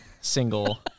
single